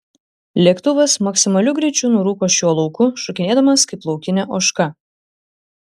lėktuvas maksimaliu greičiu nurūko šiuo lauku šokinėdamas kaip laukinė ožka